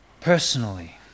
personally